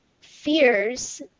fears